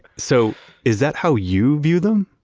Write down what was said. so is that how you view them?